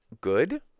good